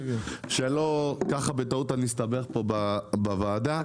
שאני לא ככה בטעות אסתבך פה בוועדה.